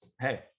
hey